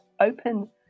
open